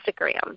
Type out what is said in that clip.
Instagram